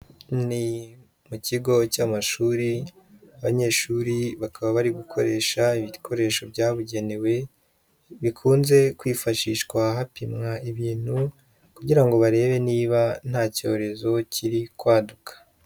Ni mu kigo cy'amashuri, abanyeshuri bakaba bari gukoresha ibikoresho byabugenewe bikunze kwifashishwa hapimwa ibintu kugira ngo barebe niba nta cyorezo kiri kwaduka.